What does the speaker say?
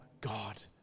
God